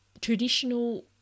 Traditional